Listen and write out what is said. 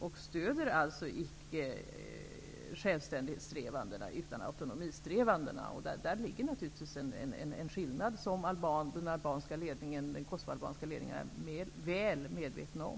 Man stöder alltså icke självständighetssträvandena, utan man stöder autonomisträvandena. Det är en skillnad som den kosovoalbanska ledningen är väl medveten om.